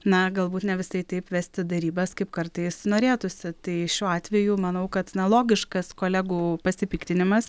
na galbūt ne visai taip vesti derybas kaip kartais norėtųsi tai šiuo atveju manau kad na logiškas kolegų pasipiktinimas